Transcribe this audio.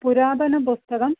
पुरातनपुस्तकम्